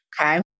okay